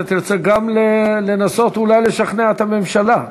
גם אתה תרצה לנסות אולי לשכנע את הממשלה?